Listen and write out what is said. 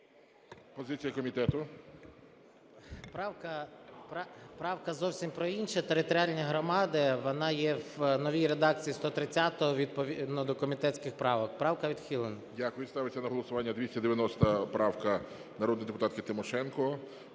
СОЛЬСЬКИЙ М.Т. Правка зовсім про інше. Територіальні громади, вона є в новій редакції 130-ї відповідно до комітетських правок. Правка відхилена. ГОЛОВУЮЧИЙ. Дякую. Ставиться на голосування 290 правка народної депутатки Тимошенко.